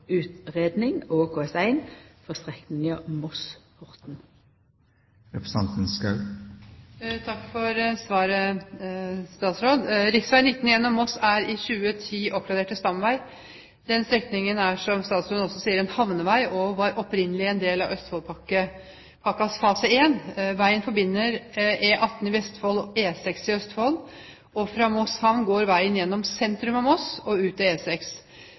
for strekninga Moss–Horten. Takk for svaret. Rv. 19 gjennom Moss er i 2010 oppgradert til stamvei. Den strekningen er, som statsråden også sier, en havnevei og var opprinnelig en del av Østfoldpakkens fase 1. Veien forbinder E18 i Vestfold og E6 i Østfold, og fra Moss havn går veien gjennom sentrum av Moss og